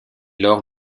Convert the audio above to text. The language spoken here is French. lors